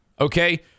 Okay